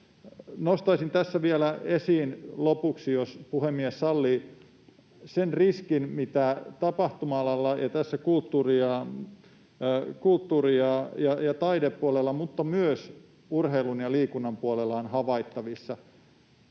Nostaisin tässä esiin vielä lopuksi — jos puhemies sallii — sen riskin, mikä tapahtuma-alalla ja tässä kulttuuri- ja taidepuolella mutta myös urheilun ja liikunnan puolella on havaittavissa.